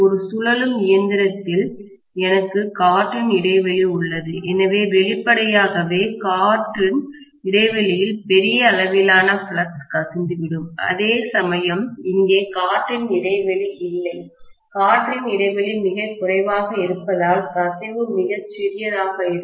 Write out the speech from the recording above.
ஒரு சுழலும் இயந்திரத்தில் எனக்கு காற்றின் இடைவெளி உள்ளது எனவே வெளிப்படையாகவே காற்றின் இடைவெளியில் பெரிய அளவிலான ஃப்ளக்ஸ் கசிந்துவிடும் அதேசமயம் இங்கே காற்றின் இடைவெளி இல்லை காற்றின் இடைவெளி மிகக் குறைவாக இருப்பதால் கசிவு மிகச் சிறியதாக இருக்கும்